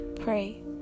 Pray